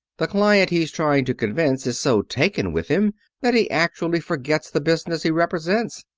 the client he's trying to convince is so taken with him that he actually forgets the business he represents.